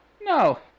No